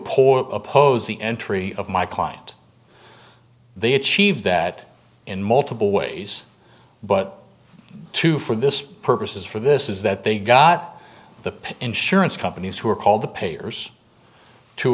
poor oppose the entry of my client they achieve that in multiple ways but two for this purposes for this is that they got the insurance companies who are called the payers to